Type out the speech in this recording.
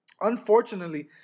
Unfortunately